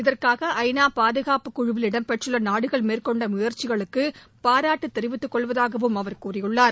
இதற்காக ஐ நா பாதுகாப்புக் குழுவில் இடம்பெற்றுள்ள நாடுகள் மேற்கொண்ட முயற்சிகளுக்கு பாராட்டு தெரிவித்துக் கொள்வதாகவும் அவர் கூறியுள்ளார்